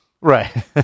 right